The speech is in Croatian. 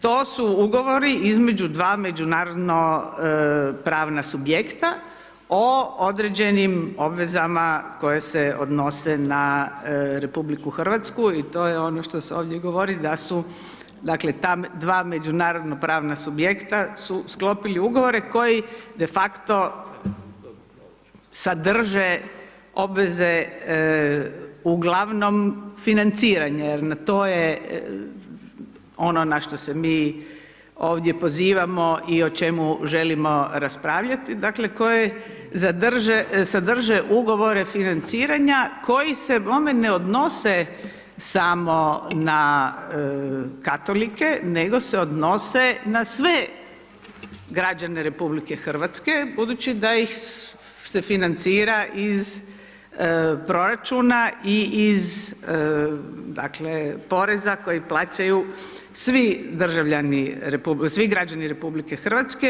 To su ugovori između 2 međunarodno pravna subjekta, o određenim obvezama koje se odnose na RH i to je ono što se ovdje govori da su ta dva međunarodno pravna subjekta su sklopili ugovore koji de facto sadrže obveze ugl. financiranje, jer na to je ono na što se mi ovdje pozivamo i na čemu želimo raspravljati, dakle, koje sadrže ugovore financiranja, koje se bome, ne odnose samo na katolike nego se odnose na sve građane RH budući da ih se financira iz proračuna i iz poreza koji plaćaju svi građani RH.